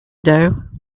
dough